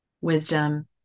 wisdom